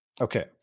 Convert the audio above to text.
okay